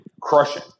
crushing